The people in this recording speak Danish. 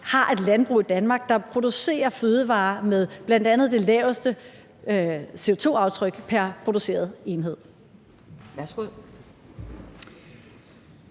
har et landbrug i Danmark, der producerer fødevarer med bl.a. det laveste CO2-aftryk pr. produceret enhed.